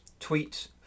tweets